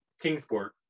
kingsport